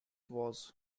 was